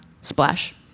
Splash